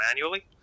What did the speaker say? manually